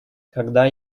когда